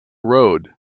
road